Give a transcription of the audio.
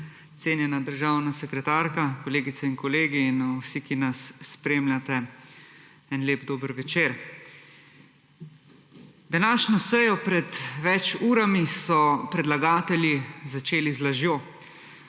Cenjena državna sekretarka, kolegice in kolegi in vsi, ki nas spremljate, en lep dober večer. Današnjo sejo pred več urami so predlagatelji začeli z lažjo,